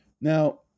Now